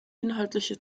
inhaltliche